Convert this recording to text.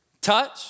Touch